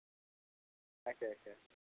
اچھا اچھا